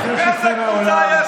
מעולם הליכוד לא,